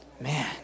Man